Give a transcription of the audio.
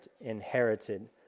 inherited